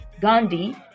Gandhi